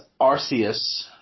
Arceus